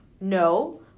no